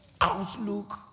outlook